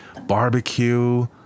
barbecue